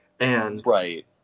Right